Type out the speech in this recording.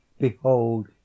behold